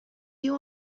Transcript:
you